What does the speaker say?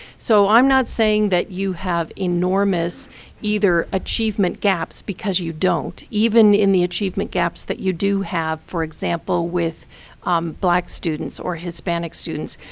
so i'm not saying that you have enormous either achievement gaps, because you don't. even in the achievement gaps that you do have, for example, with black students, or hispanic students,